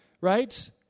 right